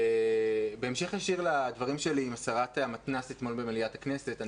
בהמשך ישיר לדברים שלי עם שרת המתנ"ס אתמול במליאת הכנסת,